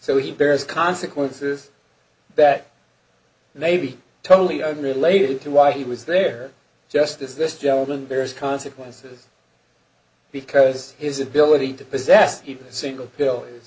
so he bears consequences that may be totally unrelated to why he was there just as this gentleman bears consequences because his ability to possess even a single pill is